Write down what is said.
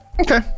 Okay